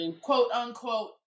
quote-unquote